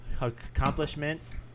accomplishments